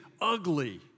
ugly